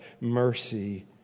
mercy